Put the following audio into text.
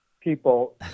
people